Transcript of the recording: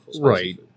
Right